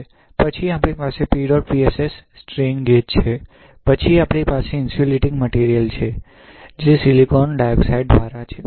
પછી આપણી પાસે PEDOT PSS સ્ટ્રેન ગેજ છે પછી આપણી પાસે ઇન્સ્યુલેટીંગ મટિરિયલ છે જે સિલિકોન ડાયોક્સાઇડ દ્વારા છે